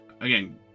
again